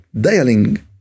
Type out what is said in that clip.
dialing